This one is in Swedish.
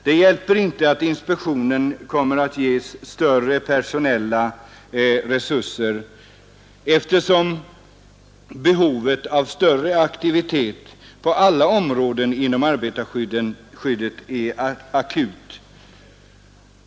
Det hjälper inte om inspektionen kommer att ges större personella resurser, eftersom behovet av större aktivitet på alla områden inom arbetarskyddet är akut.